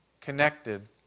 connected